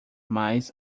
mais